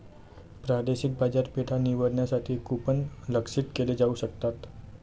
प्रादेशिक बाजारपेठा निवडण्यासाठी कूपन लक्ष्यित केले जाऊ शकतात